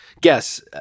guess